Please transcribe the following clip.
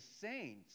saints